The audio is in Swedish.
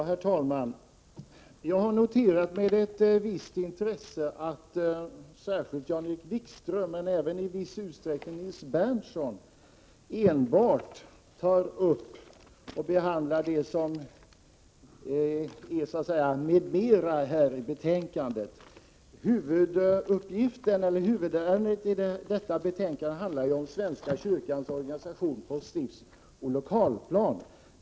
Herr talman! Jag har med ett visst intresse noterat att särskilt Jan-Erik Wikström, men även Nils Berndtson, enbart tar upp det som gäller ”m.m.” i betänkandet. Huvudärendet i detta betänkande är ju svenska kyrkans organisation på stiftsoch lokalplan.